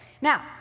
now